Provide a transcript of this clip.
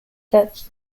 that